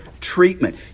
treatment